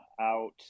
out